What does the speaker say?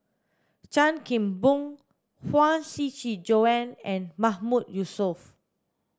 Chan Kim Boon Huang Shiqi Joan and Mahmood Yusof